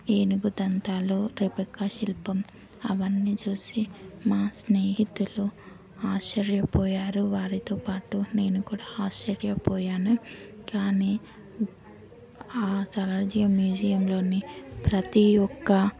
ఏనుగు దంతాలు రెబెకా శిల్పం అవన్నీ చూసి మా స్నేహితులు ఆశ్చర్యపోయారు వారితో పాటు నేను కూడా ఆశ్చర్యపోయాను కానీ ఆ సాలార్జంగ్ మ్యూజియంలోని ప్రతి ఒక్క